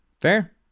Fair